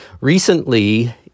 Recently